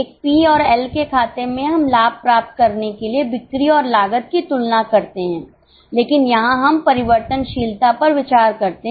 एक पी और एल खाते में हम लाभ प्राप्त करने के लिए बिक्री और लागत की तुलना करते हैं लेकिन यहां हम परिवर्तनशीलता पर विचार करते हैं